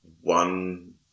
one